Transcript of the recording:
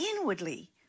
inwardly